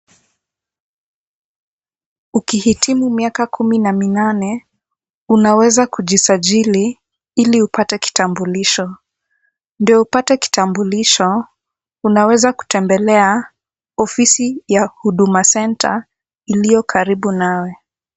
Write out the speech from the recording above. Ukihitimu miaka kumi na minane, unaweza kujisajili ili upate kitambulisho. Ndio upate kitambulisho, unaweza kutembelea ofisi ya Huduma centre iliyo karibu nawe.